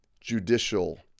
judicial